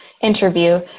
interview